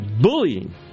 bullying